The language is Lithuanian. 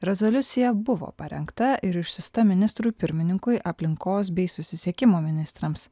rezoliucija buvo parengta ir išsiųsta ministrui pirmininkui aplinkos bei susisiekimo ministrams